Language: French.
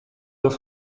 dans